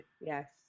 yes